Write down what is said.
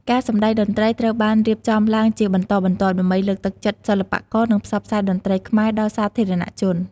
ការសម្តែងតន្ត្រីត្រូវបានរៀបចំឡើងជាបន្តបន្ទាប់ ដើម្បីលើកទឹកចិត្តសិល្បករ និងផ្សព្វផ្សាយតន្ត្រីខ្មែរដល់សាធារណជន។